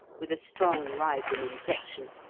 with a strong, rising inflection.